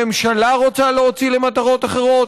הממשלה רוצה להוציא למטרות אחרות?